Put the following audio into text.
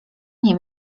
nie